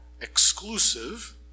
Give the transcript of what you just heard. exclusive